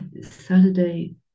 Saturday